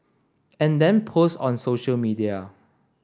and then post on social media